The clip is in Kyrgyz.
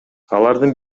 алардын